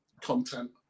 content